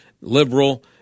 liberal